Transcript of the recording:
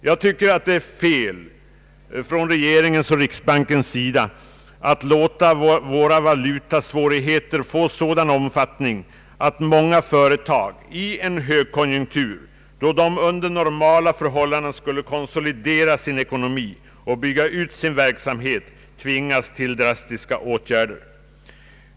Jag tycker att det är fel från regeringens och riksbankens sida att låta våra valutasvårigheter få sådan omfattning att många företag i en högkonjunktur — då de under normala förhållanden skulle konsolidera sin ekonomi och bygga ut sin verksamhet — tvingas vidtaga drastiska åtgärder.